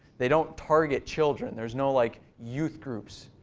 they don't target children. there's no, like, youth groups.